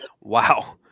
wow